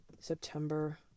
september